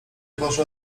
boże